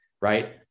Right